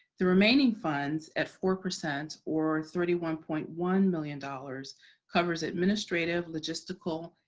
the remaining funds at four percent or thirty one point one million dollars covers administrative, logistical,